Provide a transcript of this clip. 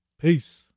Peace